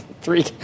three